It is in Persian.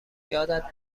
یادت